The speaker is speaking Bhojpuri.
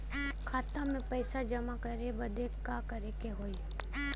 खाता मे पैसा जमा करे बदे का करे के होई?